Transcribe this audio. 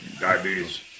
diabetes